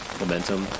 momentum